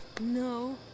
No